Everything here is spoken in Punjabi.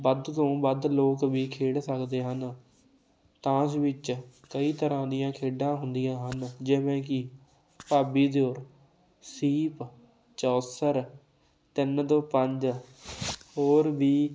ਵੱਧ ਤੋਂ ਵੱਧ ਲੋਕ ਵੀ ਖੇਡ ਸਕਦੇ ਹਨ ਤਾਸ਼ ਵਿਚ ਕਈ ਤਰ੍ਹਾਂ ਦੀਆਂ ਖੇਡਾਂ ਹੁੰਦੀਆਂ ਹਨ ਜਿਵੇਂ ਕੀ ਭਾਬੀ ਦਿਉਰ ਸੀਪ ਚੌਸਰ ਤਿੰਨ ਦੋ ਪੰਜ ਹੋਰ ਵੀ